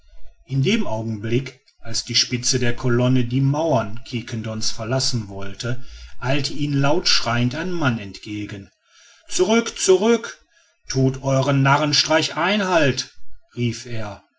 in dem augenblick als die spitze der colonne die mauern quiquendones verlassen wollte eilte ihnen laut schreiend ein mann entgegen zurück zurück thut euern narrenstreichen einhalt rief er